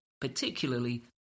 particularly